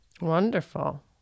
Wonderful